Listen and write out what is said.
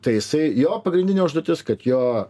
tai jisai jo pagrindinė užduotis kad jo